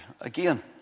again